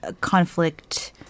conflict